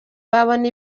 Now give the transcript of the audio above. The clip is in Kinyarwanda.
babona